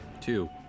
Two